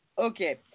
Okay